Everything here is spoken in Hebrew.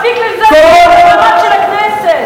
מספיק לזלזל במעמד של הכנסת.